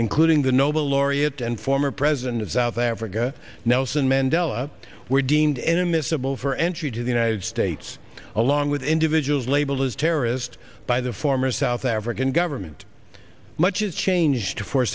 including the nobel laureate and former president of south africa nelson mandela were deemed immiscible for entry to the united states along with individuals labeled as terrorist by the former south african government much has changed for